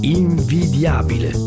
invidiabile